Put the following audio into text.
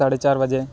ᱥᱟᱲᱮ ᱪᱟᱨ ᱵᱟᱡᱮ